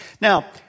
Now